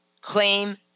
claim